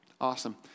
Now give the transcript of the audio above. Awesome